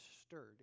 stirred